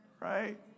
Right